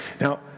Now